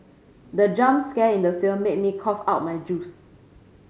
the jump scare in the film made me cough out my juice